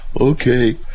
okay